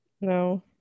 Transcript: no